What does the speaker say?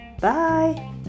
Bye